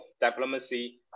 diplomacy